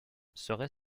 serait